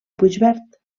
puigverd